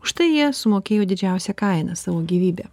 užtai jie sumokėjo didžiausią kainą savo gyvybę